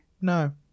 no